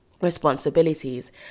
responsibilities